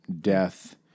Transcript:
death